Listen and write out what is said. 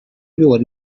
your